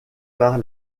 par